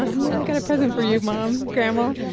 um yeah, i got a present for you mom, grandma